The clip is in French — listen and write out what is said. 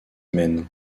mène